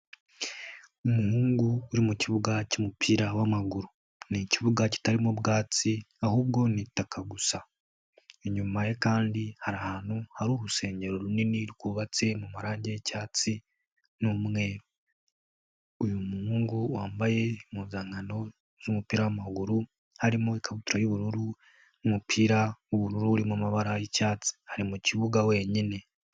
Umuhungu uri mu kibuga cy'umupira w'amaguru. Ni ikibuga kitarimo ubwatsi ahubwo ni itaka gusa. Inyuma ye kandi hari ahantu hari urusengero runini rwubatse mu marange y'icyatsi n'umweru. Uyu muhungu wambaye impuzankano z'umupira w'amaguru harimo ikabutura y'ubururu n'umupira w'ubururu uri mu mabara y'icyatsi ari mu kibuga wenyine.